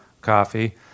coffee